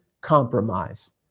compromise